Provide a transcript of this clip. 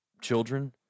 children